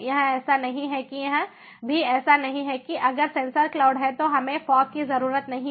यह ऐसा नहीं है और यह भी ऐसा नहीं है कि अगर सेंसर क्लाउड है तो हमें फाग की जरूरत नहीं है